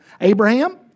Abraham